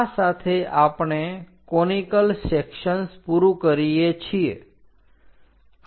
આ સાથે આપણે કોનીકલ સેકસન્સ પૂરું કરીએ છીએ